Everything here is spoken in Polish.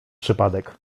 przypadek